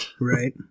Right